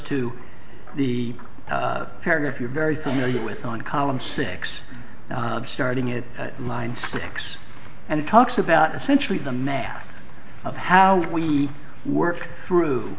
to the paragraph you're very familiar with on column six starting it line six and it talks about essentially the math of how we work through